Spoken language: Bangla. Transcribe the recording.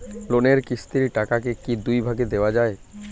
লোনের কিস্তির টাকাকে কি দুই ভাগে দেওয়া যায়?